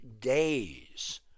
days